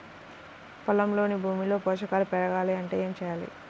పొలంలోని భూమిలో పోషకాలు పెరగాలి అంటే ఏం చేయాలి?